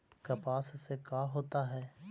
कपास से का होता है?